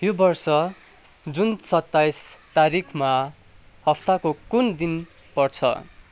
यो वर्ष जुन सत्ताइस तारिखमा हप्ताको कुन दिन पर्छ